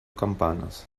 campanas